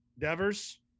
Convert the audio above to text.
devers